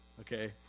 okay